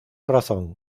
razón